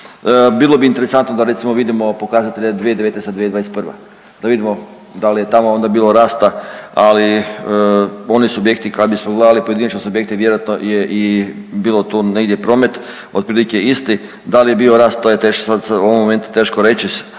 Bilo bi interesantno da recimo vidimo pokazatelje 2019. 2021., da vidimo da li je tamo onda bilo rasta, ali oni subjekti kad bismo gledali pojedinačno subjekte vjerojatno je i bilo negdje promet otprilike isti. Da li je bio rast to je teško sad u ovom momentu teško reći,